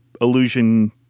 illusion